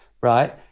right